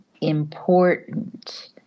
important